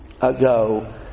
ago